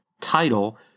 title